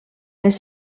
les